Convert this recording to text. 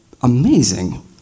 amazing